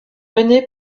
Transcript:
menés